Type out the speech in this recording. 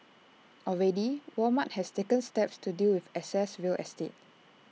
already Walmart has taken steps to deal with excess real estate